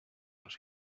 los